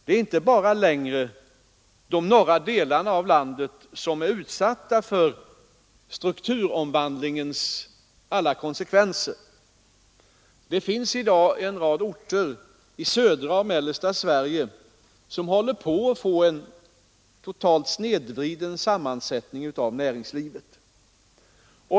Det är inte längre bara norra delarna av landet som är utsatta för strukturomvandlingens alla konsekvenser. En rad orter i södra och mellersta Sverige håller i dag på att få en totalt snedvriden sammansättning av näringslivet.